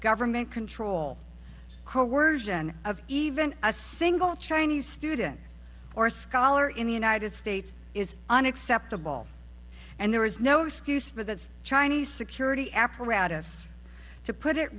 government control of even a single chinese student or scholar in the united states is unacceptable and there is no excuse for the chinese security apparatus to put it